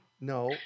No